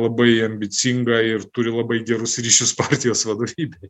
labai ambicinga ir turi labai gerus ryšius partijos vadovybėj